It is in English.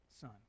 son